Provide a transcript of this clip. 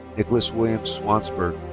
nicholas william swansburg.